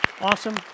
Awesome